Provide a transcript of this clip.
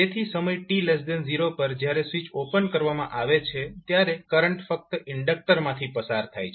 તેથી સમય t0 પર જ્યારે સ્વીચ ઓપન કરવામાં આવે છે ત્યારે કરંટ ફક્ત ઇન્ડક્ટર માંથી પસાર થાય છે